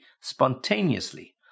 Spontaneously